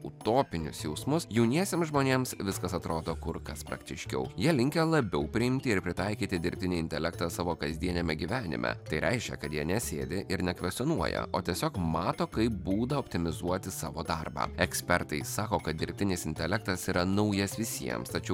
utopinius jausmus jauniesiem žmonėms viskas atrodo kur kas praktiškiau jie linkę labiau priimti ir pritaikyti dirbtinį intelektą savo kasdieniame gyvenime tai reiškia kad jie nesėdi ir nekvestionuoja o tiesiog mato kaip būdą optimizuoti savo darbą ekspertai sako kad dirbtinis intelektas yra naujas visiems tačiau